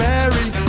Mary